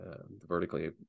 vertically